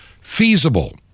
feasible